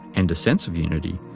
and a sense of unity,